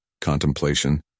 contemplation